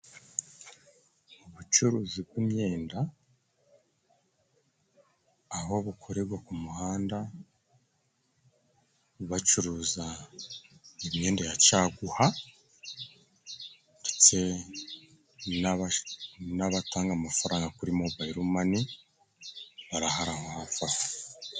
Ubucuruzi bw'imyenda, aho bukorerwa ku muhanda bacuruza imyenda ya caguwa, ndetse n'abatanga amafaranga kuri mobayilomani barahari aho hafi aho.